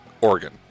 Oregon